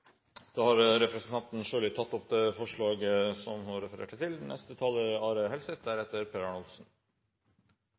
Sjøli har tatt opp det forslaget hun refererte til.